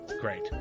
Great